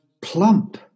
plump